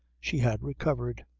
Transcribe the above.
she had recovered.